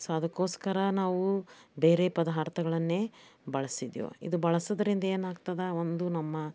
so ಅದಕ್ಕೋಸ್ಕರ ನಾವು ಬೇರೆ ಪದಾರ್ಥಗಳನ್ನೇ ಬಳಸ್ತಿದ್ದೆವು ಇದು ಬಳಸೋದ್ರಿಂದ ಏನಾಗ್ತದೆ ಒಂದು ನಮ್ಮ